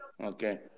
Okay